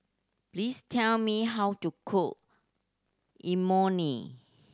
please tell me how to cook Imoni